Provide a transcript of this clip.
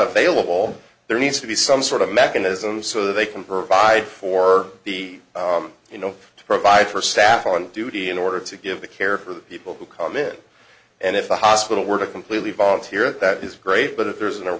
available there needs to be some sort of mechanism so they can provide for the you know to provide for staff on duty in order to give the care for the people who come in and if the hospital were to completely volunteer that is great but if there's an